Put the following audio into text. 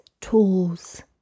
tools